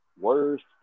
worst